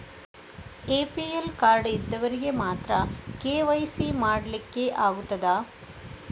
APL card ಇದ್ದವರಿಗೆ ಮಾತ್ರ KYC ಮಾಡಲಿಕ್ಕೆ ಆಗುತ್ತದಾ?